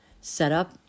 setup